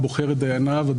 פה.